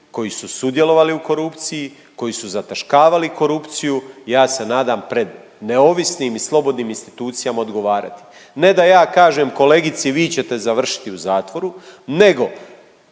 koji su sudjelovali u korupciji, koji su zataškavali korupciju ja se nadam pred neovisnim i slobodnim institucijama odgovarati. Ne da ja kažem kolegici vi ćete završiti u zatvoru nego